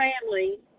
family